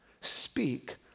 Speak